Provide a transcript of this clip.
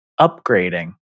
upgrading